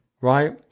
right